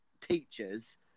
teachers